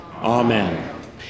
Amen